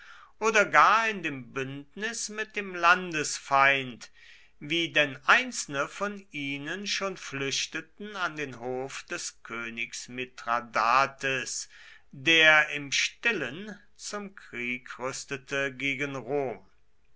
oder gar in dem bündnis mit dem landesfeind wie denn einzelne von ihnen schon flüchteten an den hof des königs mithradates der im stillen zum krieg rüstete gegen rom